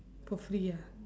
for free ah